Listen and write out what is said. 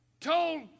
told